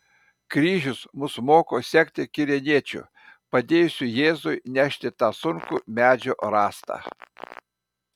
kryžius mus moko sekti kirėniečiu padėjusiu jėzui nešti tą sunkų medžio rąstą